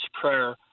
prayer